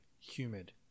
Humid